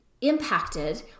impacted